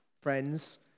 friends